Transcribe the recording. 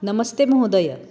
नमस्ते महोदय